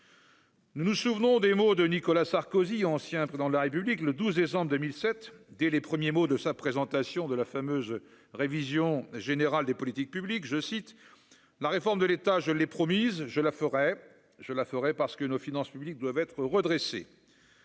Nous nous souvenons des mots de Nicolas Sarkozy, ancien prudent de la République le 12 décembre 2007, dès les premiers mots de sa présentation de la fameuse révision générale des politiques publiques, je cite : la réforme de l'État, je l'ai promise, je la ferai, je la ferai parce que nos finances publiques doivent être redressé